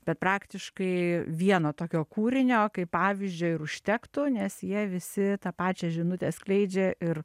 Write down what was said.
bet praktiškai vieno tokio kūrinio kaip pavyzdžio ir užtektų nes jie visi tą pačią žinutę skleidžia ir